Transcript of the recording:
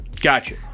Gotcha